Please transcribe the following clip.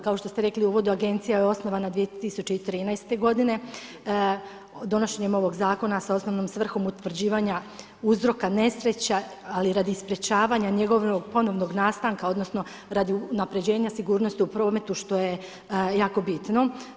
Kao što ste rekli u uvodu agencija je osnovana 2013. godine, donošenjem ovog zakona sa osnovnom svrhom utvrđivanja uzroka nesreća, ali radi sprečavanja njegovog ponovnog nastanka, odnosno radi unapređenja sigurnosti u prometu što je jako bitno.